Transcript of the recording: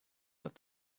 that